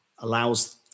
allows